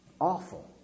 awful